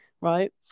right